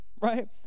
Right